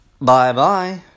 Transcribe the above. Bye-bye